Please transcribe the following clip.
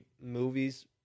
movies